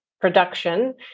production